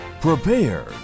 Prepare